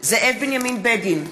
זאב בנימין בגין,